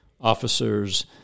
officers